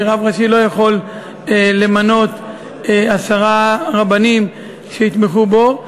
כי רב ראשי לא יכול למנות עשרה רבנים שיתמכו בו.